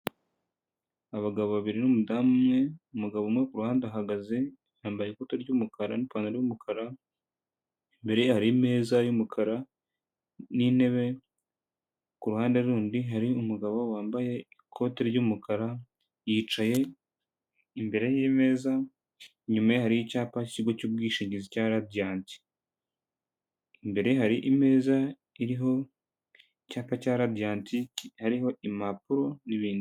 Abagabo babiri n’umudamu umwe, umugabo umwe k’uruhande arahagaze yambaye ikoti ry'umukara n’ipantaro y’umukara, imbere ye hari imeza y’umukara n’intebe, k’uruhande rundi hari umugabo wambaye ikote ry'umukara yicaye imbere y’imeza, inyuma hari icyapa cy’ikigo cy’ubwishingizi cya Radiant, imbere ye hari imeza iriho icyapa cya Radiant hariho impapuro n'ibindi.